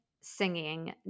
singing